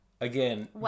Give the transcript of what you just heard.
again